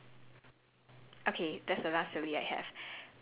eh stories creative thought provoking and silly